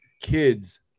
kids